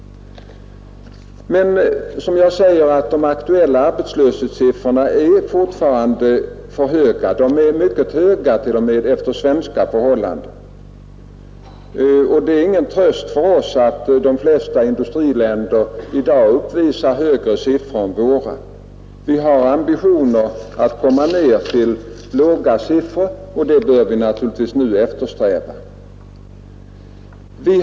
Men de aktuella arbetslöshetssiffrorna är fortfarande för höga. De är t.o.m. mycket höga efter svenska förhållanden. Det är ingen tröst för oss att de flesta industriländer i dag uppvisar högre siffror än våra. Vi har ambitioner att komma ner till låga siffror och det bör vi också nu eftersträva.